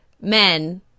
men